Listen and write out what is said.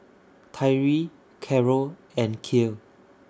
Tyree Carroll and Kiel